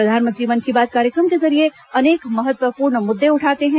प्रधानमंत्री मन की बात कार्यक्रम के जरिए अनेक महत्वपूर्ण मुद्दे उठाते हैं